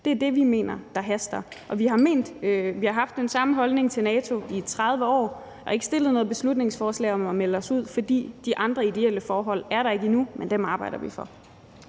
Det er det, vi mener haster, og vi har haft den samme holdning til NATO i 30 år og ikke fremsat noget beslutningsforslag om at melde os ud, fordi de andre ideelle forhold endnu ikke er der. Men dem arbejder vi for.